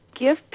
give